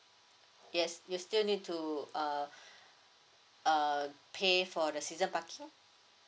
yes you still need to err err pay for the season parking